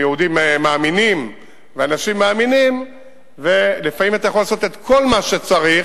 יהודים מאמינים ואנשים מאמינים ולפעמים אתה יכול לעשות את כל מה שצריך,